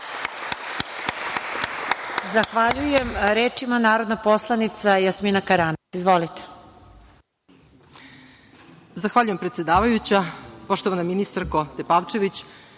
Zahvaljujem. Reč ima narodna poslanica Jasmina Karanac. Izvolite.